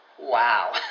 wow